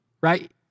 right